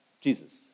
Jesus